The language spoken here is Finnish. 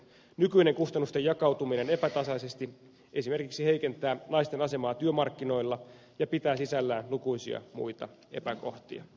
nykyinen kustannusten jakautuminen epätasaisesti heikentää esimerkiksi naisten asemaa työmarkkinoilla ja pitää sisällään lukuisia muita epäkohtia